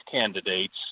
candidates